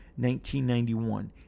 1991